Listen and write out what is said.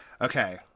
Okay